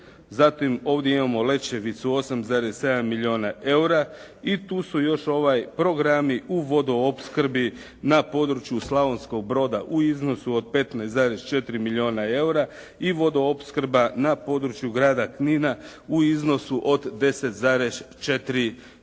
Zatim ovdje imamo Letčevicu 8,7 milijuna EUR-a i tu su još ovaj programi u vodoopskrbi na području Slavonskog Broda u iznosu od 15,4 milijuna EUR-a i vodoopskrba na području grada Knina u iznosu od 10,4 milijuna